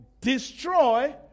destroy